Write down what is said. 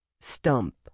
Stump